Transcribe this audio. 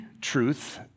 truth